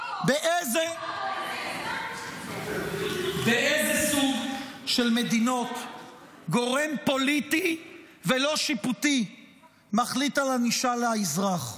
באיזה סוג של מדינות גורם פוליטי ולא שיפוטי מחליט על ענישה לאזרח?